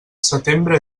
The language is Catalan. setembre